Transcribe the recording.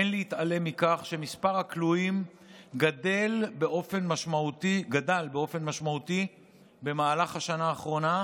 אין להתעלם מכך שמספר הכלואים גדל באופן משמעותי במהלך השנה האחרונה,